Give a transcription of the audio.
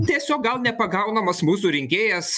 tiesiog gal nepagaunamas mūsų rinkėjas